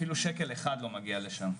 אפילו שקל אחד לא מגיע לשם.